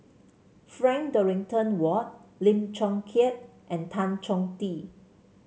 Frank Dorrington Ward Lim Chong Keat and Tan Chong Tee